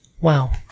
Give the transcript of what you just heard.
Wow